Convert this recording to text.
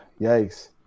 Yikes